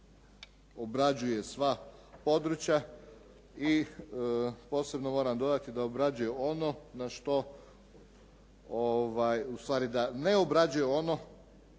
obrađuje sva područja i posebno moram dodati da obrađuje ono na što, ustvari da ne obrađuje ono